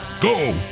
go